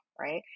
Right